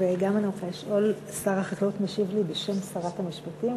וגם אני רוצה לשאול: שר החקלאות משיב לי בשם שרת המשפטים?